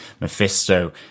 Mephisto